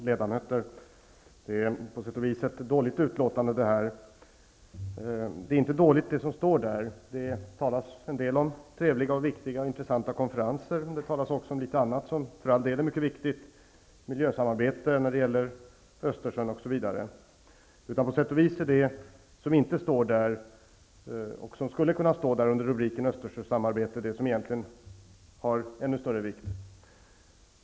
Herr talman! På sätt och vis är det här ett dåligt betänkande. Det som står där inte dåligt. Det talas en del om trevliga, viktiga och intressanta konferenser och mycket annat som för all del är mycket viktigt -- miljösamarbete runt Östersjön osv. På sätt och vis är det som inte står i betänkandet, men som skulle kunna stå där under rubriken ''Östersjösamarbete'', det som egentligen har ännu större vikt.